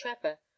trevor